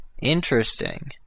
Interesting